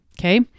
Okay